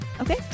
Okay